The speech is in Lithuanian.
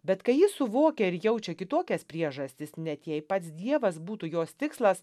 bet kai jis suvokia ir jaučia kitokias priežastis net jei pats dievas būtų jos tikslas